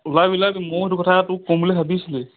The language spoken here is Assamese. ওলাবি ওলাবি মইয়ো এইটো কথা তোক ক'ম বুলি ভাবিছিলোৱেই